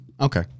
Okay